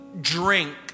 drink